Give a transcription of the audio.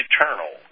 Eternal